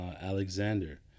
Alexander